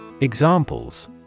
Examples